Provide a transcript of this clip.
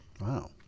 Wow